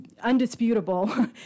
undisputable